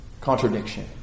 contradiction